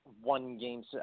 one-game –